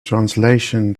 translation